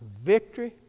Victory